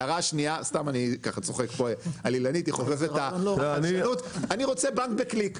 אני סתם צוחק על אילנית, אני רוצה בנק בקליק.